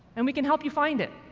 and we can help you find it.